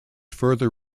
further